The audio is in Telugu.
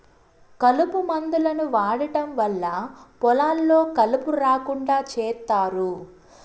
కలుపు మందులను వాడటం వల్ల పొలాల్లో కలుపు రాకుండా చేత్తారు